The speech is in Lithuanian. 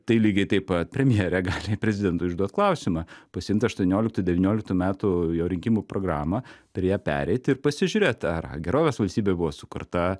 tai lygiai taip pat premjerė gali prezidentui užduot klausimą pasiimt aštuonioliktų devynioliktų metų jo rinkimų programą per ją pereit ir pasižiūrėt ar gerovės valstybė buvo sukurta